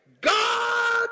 God